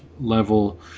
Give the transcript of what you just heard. level